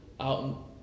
out